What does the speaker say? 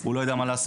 הוא לא ידע מה לעשות.